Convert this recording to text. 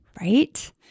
Right